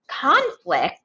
conflict